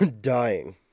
dying